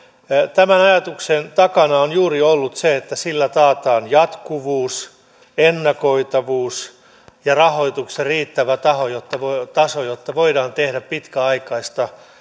tämän ajatuksen takana on juuri ollut se että sillä taataan jatkuvuus ennakoitavuus ja rahoituksen riittävä taso jotta voidaan tehdä pitkäaikaista